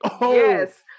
yes